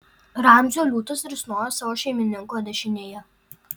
ramzio liūtas risnojo savo šeimininko dešinėje